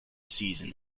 season